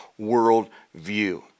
worldview